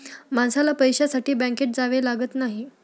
माणसाला पैशासाठी बँकेत जावे लागत नाही